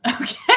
Okay